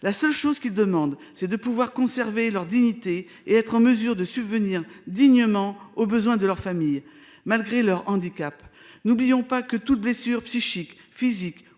La seule chose qui demande, c'est de pouvoir conserver leur dignité et être en mesure de subvenir dignement aux besoins de leur famille. Malgré leur handicap. N'oublions pas que toute blessure psychique physique ou neuropathique